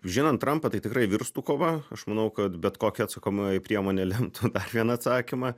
žinant trampą tai tikrai virstų kova aš manau kad bet kokia atsakomoji priemonė lemtų dar vieną atsakymą